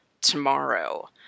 tomorrow